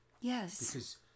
Yes